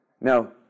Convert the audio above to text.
Now